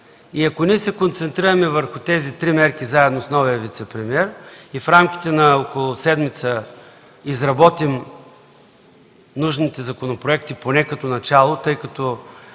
Ако ние се концентрираме върху тези три мерки, заедно с новия вицепремиер, и в рамките на около седмица изработим нужните законопроекти, поне като начало, тъй като